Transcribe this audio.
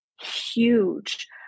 huge